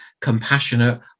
compassionate